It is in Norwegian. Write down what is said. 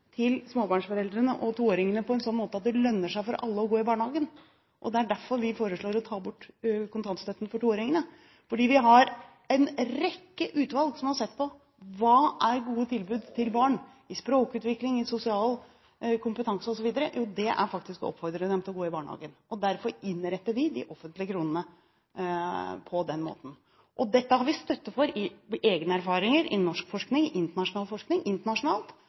til småbarnsforeldrene og toåringene på en sånn måte at det lønner seg for alle barn å gå i barnehagen. Grunnen til at vi foreslår å ta bort kontantstøtten for toåringene, er at vi har en rekke utvalg som har sett på: Hva er gode tilbud til barn når det gjelder språkutvikling, sosial kompetanse osv.? Jo, det er faktisk å oppfordre dem til å gå i barnehagen. Derfor innretter vi de offentlige kronene på den måten. Dette har vi støtte for i egne erfaringer, i norsk forskning, i internasjonal forskning. Internasjonalt